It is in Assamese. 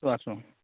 আছোঁ আছোঁ